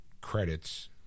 credits